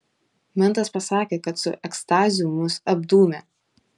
mentas pasakė kad su ekstazių mus apdūmė